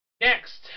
next